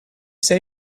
say